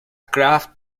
craft